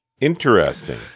interesting